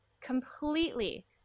Completely